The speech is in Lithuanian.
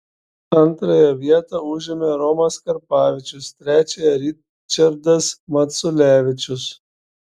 antrąją vietą užėmė romas karpavičius trečiąją ričardas maculevičius